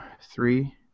Three